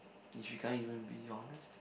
if you can't even be honest